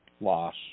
Loss